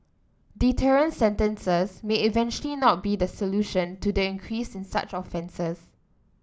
deterrent sentences may eventually not be the solution to the increase in such offences